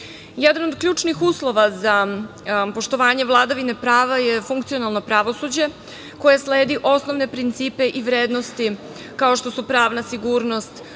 od ključnih uslova za poštovanje vladavine prava je funkcionalno pravosuđe koje sledi osnovne principe i vrednosti, kao što su pravna sigurnost,